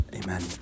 Amen